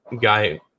guy